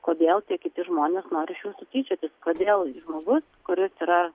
kodėl tie kiti žmonės nori iš jūsų tyčiotis kodėl žmogus kuris yra